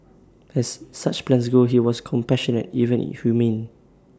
as such plans go his was compassionate even humane